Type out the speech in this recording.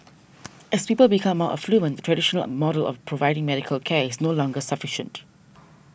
as people become more affluent the traditional model of providing medical care is no longer sufficient